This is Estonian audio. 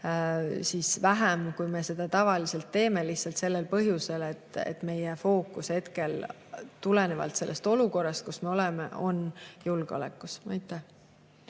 teid vähem, kui me seda tavaliselt teeme – lihtsalt sellel põhjusel, et meie fookus on tulenevalt sellest olukorrast, kus me oleme, julgeolekul. Aitäh!